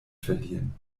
verliehen